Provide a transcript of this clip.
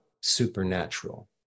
supernatural